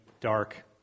dark